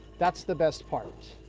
that's the best part.